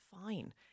fine